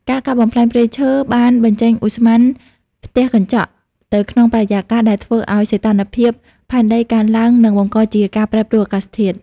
ការកាប់បំផ្លាញព្រៃឈើបានបញ្ចេញឧស្ម័នផ្ទះកញ្ចក់ទៅក្នុងបរិយាកាស ដែលធ្វើឱ្យសីតុណ្ហភាពផែនដីកើនឡើង និងបង្កជាការប្រែប្រួលអាកាសធាតុ។